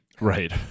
right